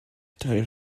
drwy